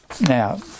Now